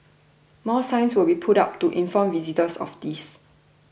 more signs will be put up to inform visitors of this